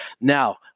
Now